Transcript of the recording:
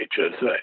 HSA